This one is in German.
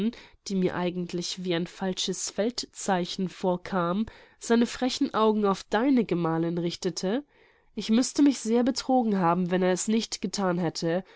die mir eigentlich wie ein falsches feldzeichen vorkam seine frechen augen auf deine gemalin richtete ich müßte mich sehr betrogen haben wenn er es nicht gethan hätte